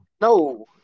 No